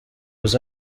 was